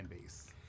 base